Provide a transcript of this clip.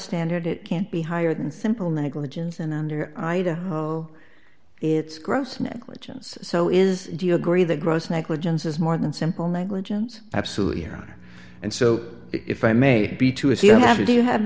standard it can't be higher than simple negligence and under either will it's gross negligence so is do you agree the gross negligence is more than simple negligence absolutely or and so if i may be too if you have to do you have